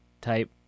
type